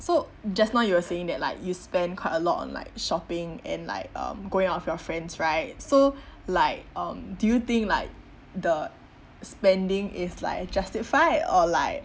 so just now you were saying that like you spend quite a lot on like shopping and like um going out with your friends right so like um do you think like the spending is like justified or like